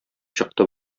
чыкты